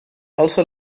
also